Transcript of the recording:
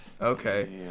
Okay